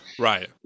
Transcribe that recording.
Right